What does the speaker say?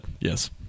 yes